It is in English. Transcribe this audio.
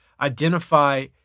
identify